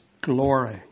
glory